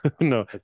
no